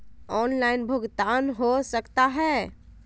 Online भुगतान हो सकता है?